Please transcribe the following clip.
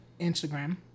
Instagram